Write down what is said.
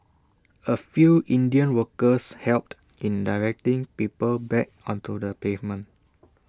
A few Indian workers helped in directing people back onto the pavement